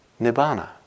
Nibbana